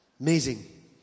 Amazing